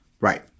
Right